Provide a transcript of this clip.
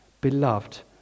beloved